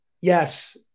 Yes